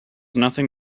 nothing